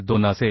2 असेल